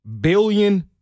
billion